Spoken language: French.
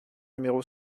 numéro